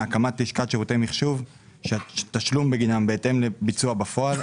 הקמת לשכת שירותי מחשוב שהתשלום בגינם בהתאם לביצוע בפועל,